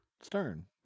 Stern